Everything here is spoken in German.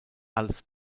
als